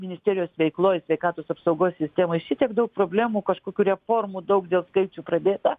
ministerijos veikloj sveikatos apsaugos sistemoj šitiek daug problemų kažkokių reformų daug dėl skaičių pradėta